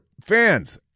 fans